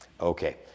Okay